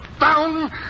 down